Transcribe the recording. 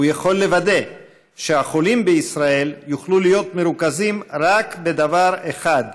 הוא יכול לוודא שהחולים בישראל יוכלו להיות מרוכזים רק בדבר אחד: